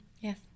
yes